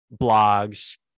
blogs